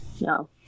No